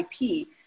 IP